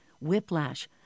whiplash